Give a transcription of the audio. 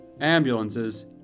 ambulances